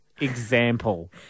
example